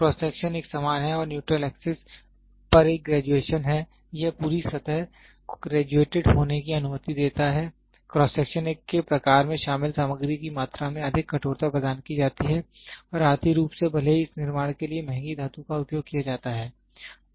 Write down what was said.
cross section एक समान है और न्यूट्रल एक्सिस पर एक ग्रेजुएशन है यह पूरी सतह को ग्रेजुएटइड होने की अनुमति देता है क्रॉस सेक्शन के प्रकार में शामिल सामग्री की मात्रा से अधिक कठोरता प्रदान की जाती है और आर्थिक रूप से भले ही इस निर्माण के लिए महंगी धातु का उपयोग किया जाता है